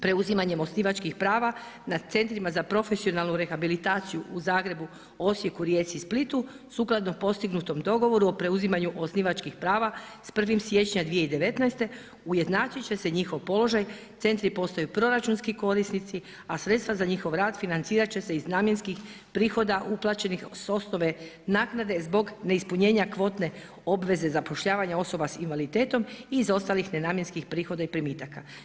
Preuzimanjem osnivačkih prava nad centrima za profesionalnu rehabilitaciju u Zagrebu, Osijeku, Rijeci i Splitu, sukladno postignutom dogovoru o preuzimanju osnivačkih prava s 1. siječnja 2019. ujednačiti će se njihov položaj, centri postaju proračunski korisnici, a sredstava za njihov rad, financirati će se iz namjenskih prihoda uplaćenih u … naknade zbog neispunjenja kvote obveze zapošljavanja osoba s invaliditetom iz ostalih nenamjernih prihoda i primitaka.